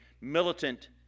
militant